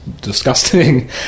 disgusting